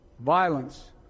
VIOLENCE